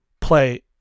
play